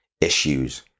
issues